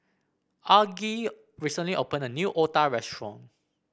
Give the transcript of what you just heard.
Argie recently opened a new otah restaurant